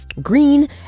green